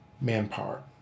manpower